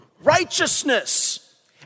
righteousness